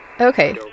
okay